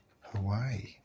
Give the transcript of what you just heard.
Hawaii